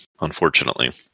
Unfortunately